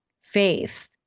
faith